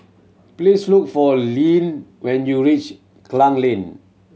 please look for Leeann when you reach Klang Lane